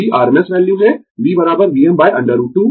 V rms value है V Vm √ 2